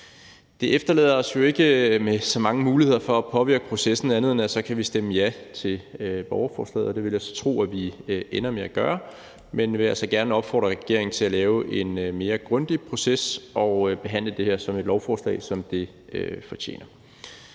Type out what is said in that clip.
Det efterlader os jo ikke med så mange muligheder for at påvirke processen andet, end at vi kan stemme ja til borgerforslaget, og det vil jeg så tro vi ender med at gøre, men vi vil altså gerne opfordre regeringen til at lave en mere grundig proces og behandle det her som et lovforslag, som det fortjener.